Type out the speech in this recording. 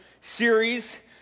series